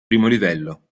livello